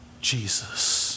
Jesus